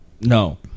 no